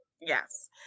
yes